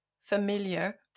familiar